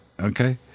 okay